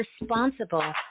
responsible